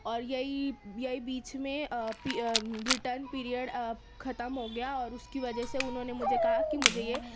اور یہی یہی بیچ میں ریٹرن پیریڈ ختم ہو گیا اور اس کی وجہ سے انہوں نے مجھے کہا کہ مجھے یہ